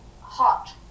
hot